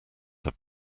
had